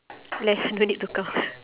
left don't need to count